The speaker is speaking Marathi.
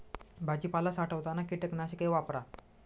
भाजीपाला साठवताना कीटकनाशके वापरा